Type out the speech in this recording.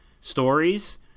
stories